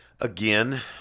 Again